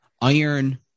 iron